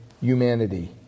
humanity